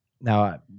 now